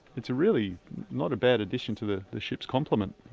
it's really not a bad edition to the the ship's complement,